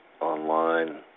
online